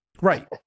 Right